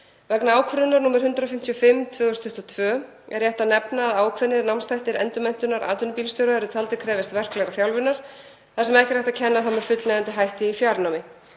Vegna ákvörðunar nr. 155/2022 er rétt að nefna að ákveðnir námsþættir endurmenntunar atvinnubílstjóra eru taldir krefjast verklegrar þjálfunar þar sem ekki er hægt að kenna þá með fullnægjandi hætti í fjarnámi.